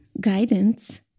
guidance